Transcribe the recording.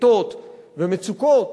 וסריטות ומצוקות,